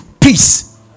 Peace